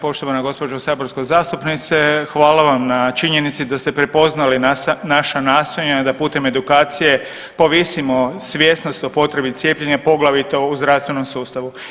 Poštovana gđo. saborska zastupnice hvala vam na činjenici da ste prepoznali naša nastojanja da putem edukacije povisimo svjesnost o potrebi cijepljenja, poglavito u zdravstvenom sustavu.